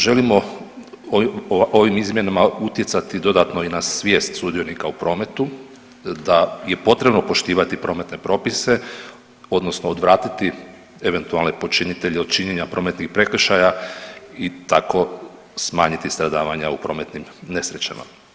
Želimo ovim izmjenama utjecati dodatno i na svijest sudionika u prometu da je potrebno poštivati prometne propise odnosno odvratiti eventualne počinitelje od činjenja prometnih prekršaja i tako smanjiti stradavanja u prometnim nesrećama.